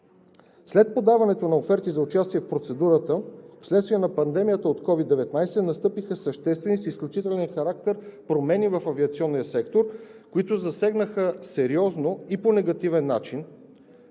След подаването на оферти за участие в процедурата вследствие на пандемията от COVID-19 настъпиха съществени – с изключителен характер, промени в авиационния сектор, които засегнаха сериозно и по негативен начин